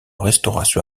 restauration